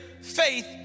faith